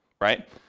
right